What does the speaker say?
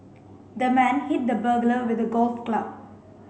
the man hit the burglar with a golf club